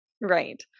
Right